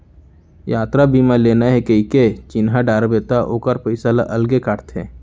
यातरा बीमा लेना हे कइके चिन्हा डारबे त ओकर पइसा ल अलगे काटथे